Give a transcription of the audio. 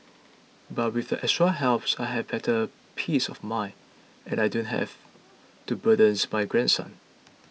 but with the extra help I have better peace of mind and I don't have to burdens my grandsons